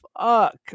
fuck